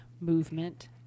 movement